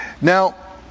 now